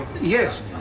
Yes